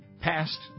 Past